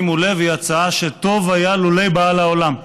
שימו לב, היא הצעה שטוב היה לולא באה לעולם,